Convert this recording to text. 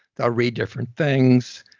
they'll read different things,